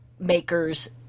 makers